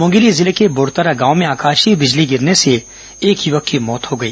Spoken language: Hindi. मूंगेली जिले के बोड़तरा गांव में आकाशीय बिजली गिरने से एक यूवक की मौत हो गई